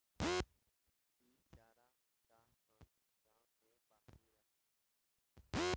इ चारागाह सन गांव के बाहरी रहेला सन